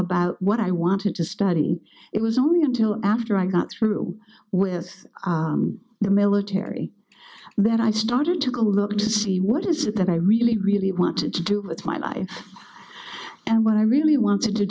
about what i wanted to study it was only until after i got through with the military that i started to look to see what is it that i really really wanted to do with my life and what i really wanted to